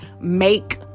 make